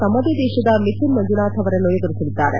ತಮ್ಮದೇ ದೇಶದ ಮಿಥುನ್ ಮಂಜುನಾಥ್ ಅವರನ್ನು ಎದುರಿಸಲಿದ್ದಾರೆ